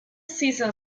season